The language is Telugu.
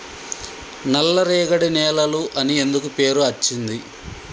నల్లరేగడి నేలలు అని ఎందుకు పేరు అచ్చింది?